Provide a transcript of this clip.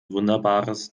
wunderbares